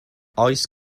oes